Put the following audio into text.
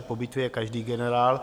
Po bitvě je každý generál.